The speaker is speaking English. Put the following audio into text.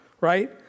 right